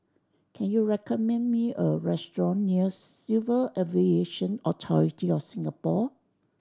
can you recommend me a restaurant near Civil Aviation Authority of Singapore